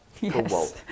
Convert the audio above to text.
Yes